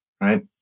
right